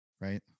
Right